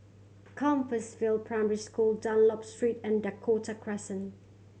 Compassvale Primary School Dunlop Street and Dakota Crescent